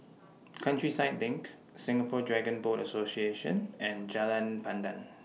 Countryside LINK Singapore Dragon Boat Association and Jalan Pandan